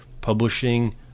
publishing